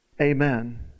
Amen